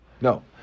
No